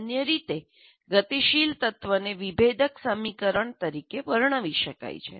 સામાન્ય રીતે ગતિશીલ તત્વને વિભેદક સમીકરણ તરીકે વર્ણવી શકાય છે